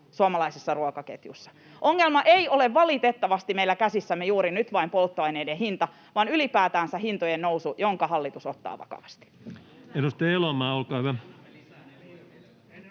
suomalaisessa ruokaketjussa. Ongelma meillä käsissämme ei ole valitettavasti juuri nyt vain polttoaineiden hinta vaan ylipäätänsä hintojen nousu, jonka hallitus ottaa vakavasti.